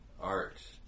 art